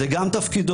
זה גם תפקידו,